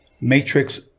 Matrix